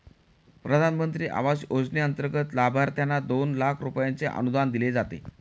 प्रधानमंत्री आवास योजनेंतर्गत लाभार्थ्यांना दोन लाख रुपयांचे अनुदान दिले जाते